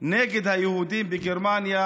נגד היהודים בגרמניה